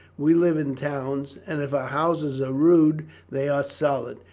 we live in towns, and if our houses are rude they are solid.